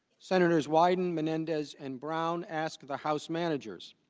senators widen menendez and brown asked the house managers